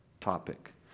topic